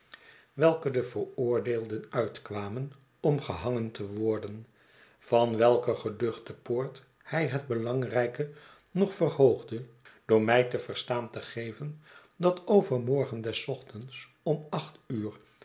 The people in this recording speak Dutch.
welke de veroordeelden uitkwamen om gehangen te worden van welke geduchte poort hij het belangrijke nog verhoogde door mij te verstaan te geven dat overmorgen des ochtends om acht uur